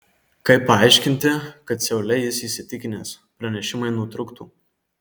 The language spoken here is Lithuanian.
kaip paaiškinti kad seule jis įsitikinęs pranešimai nutrūktų